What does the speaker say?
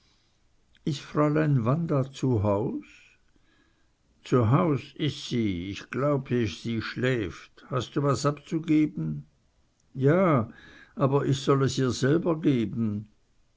is fräulein wanda zu haus zu haus is sie ich glaube sie schläft hast du was abzugeben ja aber ich soll es ihr selber geben